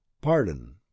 pardon